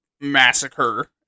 massacre